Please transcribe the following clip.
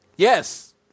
Yes